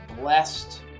blessed